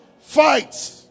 Fight